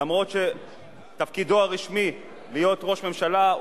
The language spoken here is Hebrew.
למרות שתפקידו הרשמי להיות ראש ממשלה,